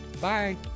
Bye